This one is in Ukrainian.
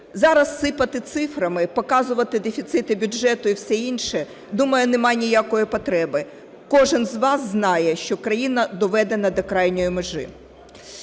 Зараз сипати цифрами і показувати дефіцити бюджету і все інше, думаю, немає ніякої потреби. Кожен з вас знає, що країна доведена до крайньої межі.